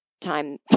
time